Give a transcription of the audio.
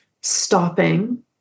stopping